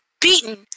beaten